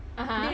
(uh huh)